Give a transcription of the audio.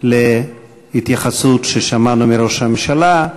להתייחסות ששמענו מראש הממשלה.